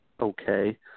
okay